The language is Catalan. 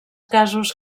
casos